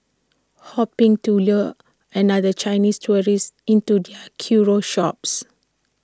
hoping to lure another Chinese tourist into their curio shops